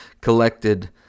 collected